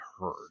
heard